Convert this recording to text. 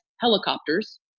helicopters